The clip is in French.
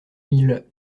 mille